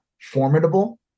formidable